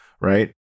right